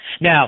Now